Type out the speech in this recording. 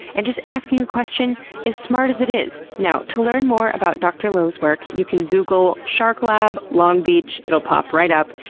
and just asking the question is smart as it is. now, to learn more about dr lowe's work, you can google shark lab long beach. it'll pop right up.